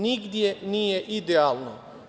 Nigde nije idealno.